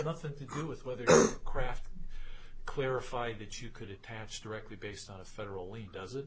nothing to do with whether kraft clarified that you could attach directly based on a federal law does it